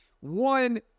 One